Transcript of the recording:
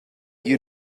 you